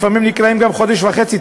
לפעמים נקראים גם לחודש וחצי,